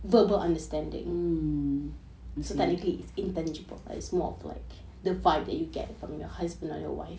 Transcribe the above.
mmhmm I see